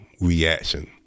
reaction